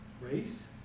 Race